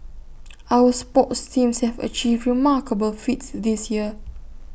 our sports teams have achieved remarkable feats this year